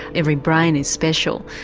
every brain is special,